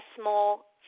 small